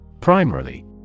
Primarily